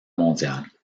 mondiale